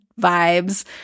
vibes